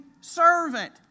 servant